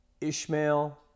Ishmael